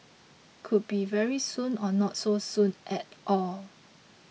could be very soon or not so soon at all